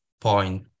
point